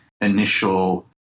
initial